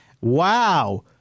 Wow